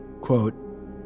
quote